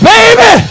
Baby